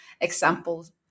examples